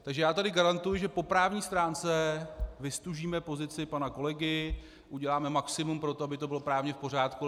Takže já tady garantuji, že po právní stránce vyztužíme pozici pana kolegy, uděláme maximum pro to, aby to bylo právně v pořádku.